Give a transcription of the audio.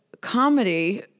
comedy